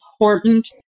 important